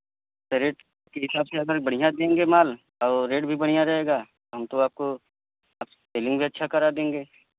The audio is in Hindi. रेट के हिसाब से अगर बढ़िया देंगे माल और रेट भी बढ़िया रहेगा हम तो आपको सेविंग भी अच्छा करा देंगे